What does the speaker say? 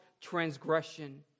transgression